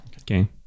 Okay